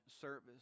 service